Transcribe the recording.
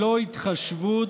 האוצר,